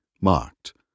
mocked